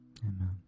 amen